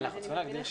לגבי נושא